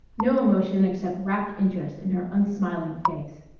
no emotion except rapt interest in her unsmiling face.